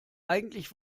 eigentlich